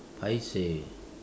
paiseh